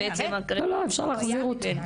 אפשר להחזיר אותו.